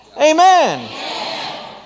Amen